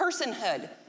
personhood